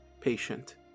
patient